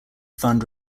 fund